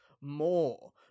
more